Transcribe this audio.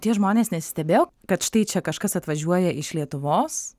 tie žmonės nesistebėjo kad štai čia kažkas atvažiuoja iš lietuvos